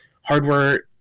hardware